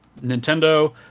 Nintendo